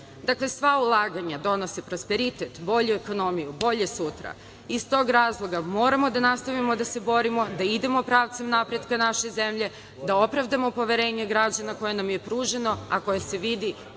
sva ulaganja donose prosperitet, bolju ekonomiju, bolje sutra. Iz tog razloga moramo da nastavimo da se borimo, da idemo pravcem napretka naše zemlje, da opravdamo poverenje građana koje nam je pruženo, a koje se vidi